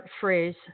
phrase